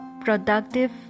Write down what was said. productive